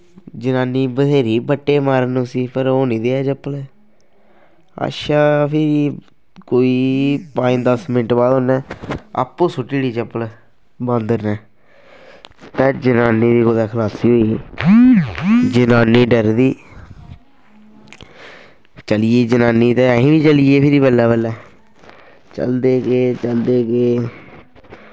जनानी बत्थेरे बट्टे मारन उसी पर ओह् निं देऐ चप्पल अच्छा फिरी कोई पंज दस मिन्ट बाद उन्नै आपूं सुट्टी ओड़ी चप्पल बांदर न ते जनानी दी कुदै खलासी होई जनानी डरी दी चली गेई जनानी ते असीं बी चली गे फिर बल्लें बल्लें चलदे गे चलदे गे